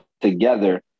together